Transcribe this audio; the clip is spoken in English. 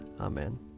Amen